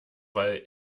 weil